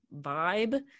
vibe